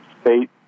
State